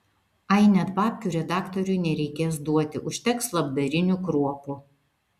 ai net babkių redaktoriui nereikės duoti užteks labdarinių kruopų